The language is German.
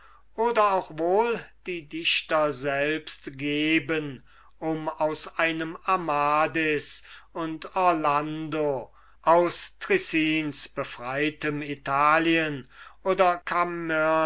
oder auch wohl die dichter selbst geben um aus einem amadis und orlando aus trissins befreitem italien oder